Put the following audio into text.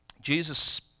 Jesus